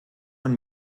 man